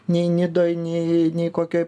nei nidoj nei nei kokioj